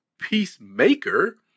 Peacemaker